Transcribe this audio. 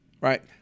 right